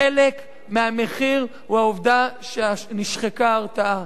חלק מהמחיר הוא העובדה שנשחקה ההרתעה.